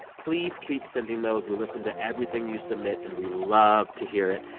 please keep sending those. we listen to everything you submit, and we love to hear it.